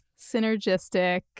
synergistic